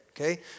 okay